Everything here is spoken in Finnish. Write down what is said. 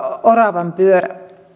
oravanpyörä